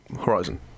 Horizon